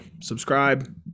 Subscribe